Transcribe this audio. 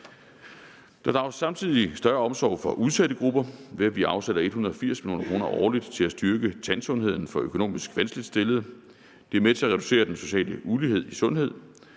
Der drages samtidig større omsorg for udsatte grupper, ved at vi afsætter 180 mio. kr. årligt til at styrke tandsundheden for økonomisk vanskeligt stillede. Det er med til at reducere den sociale ulighed i sundhed,